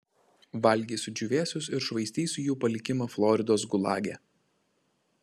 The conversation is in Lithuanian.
valgysiu džiūvėsius ir švaistysiu jų palikimą floridos gulage